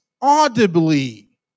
audibly